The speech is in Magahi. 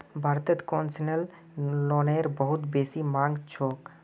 भारतत कोन्सेसनल लोनेर बहुत बेसी मांग छोक